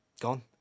Gone